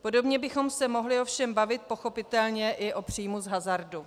Podobně bychom se mohli ovšem bavit pochopitelně i o příjmu z hazardu.